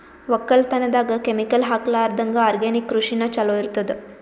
ಒಕ್ಕಲತನದಾಗ ಕೆಮಿಕಲ್ ಹಾಕಲಾರದಂಗ ಆರ್ಗ್ಯಾನಿಕ್ ಕೃಷಿನ ಚಲೋ ಇರತದ